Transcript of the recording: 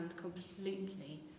completely